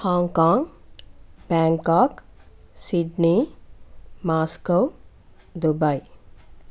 Hong Kong Bangkok Sydney Moscow Dubai